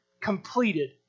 completed